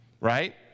right